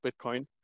Bitcoin